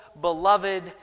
beloved